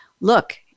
Look